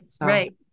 right